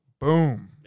Boom